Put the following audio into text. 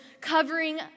covering